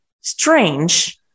strange